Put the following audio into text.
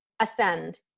ascend